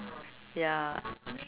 ya